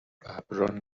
ﺑﺒﺮﺍﻥ